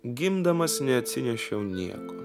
gimdamas neatsinešiau nieko